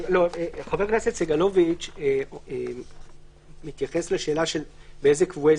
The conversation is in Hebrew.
חבר הכנסת סגלוביץ' מתייחס לשאלה באילו קבועי